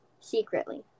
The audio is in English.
Secretly